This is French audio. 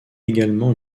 également